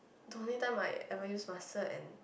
the only time my I ever use mustard and